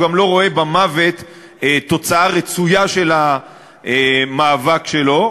הוא גם לא רואה במוות תוצאה רצויה של המאבק שלו,